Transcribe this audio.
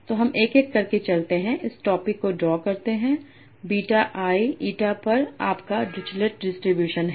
तो हम एक एक करके चलते हैं इस टॉपिक् को ड्रॉ करते हैं बीटा i eta पर आपका डिरिचलेट डिस्ट्रीब्यूशन है